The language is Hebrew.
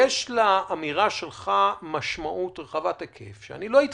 יש לאמירה שלך משמעות רחבת היקף, ואני לא איתך.